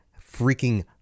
freaking